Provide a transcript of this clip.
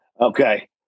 Okay